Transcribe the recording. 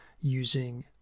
using